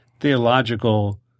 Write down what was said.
Theological